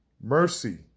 mercy